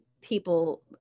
people